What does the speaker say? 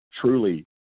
truly